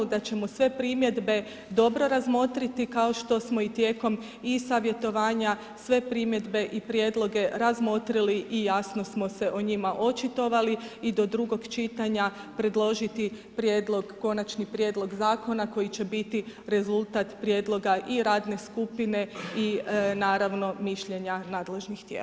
Da ćemo sve primjedbe dobro razmotriti, kao što smo i tijekom i-savjetovanja, sve primjedbe i prijedloge razmotriti i jasno smo se o njima očitovala i do drugog čitanja predložiti prijedlog konačni prijedlog zakona, koji će biti rezultat prijedloga i radne skupine i naravno mišljenja nadležnih tijela.